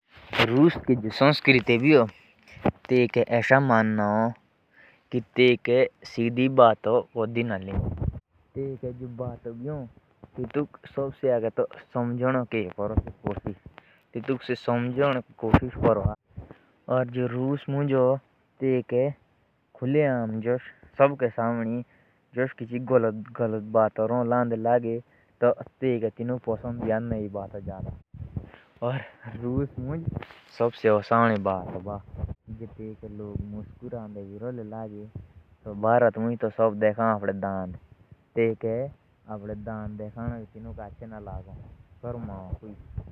जो रूस की संस्कृति ह। अगर व्हा कोई भी बात होती ह। तो उन्हे पहले उस बात का उत्तर चीये तब तक वो बात को नी मानते।